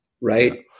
Right